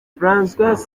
françois